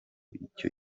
icyo